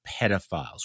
pedophiles